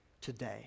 today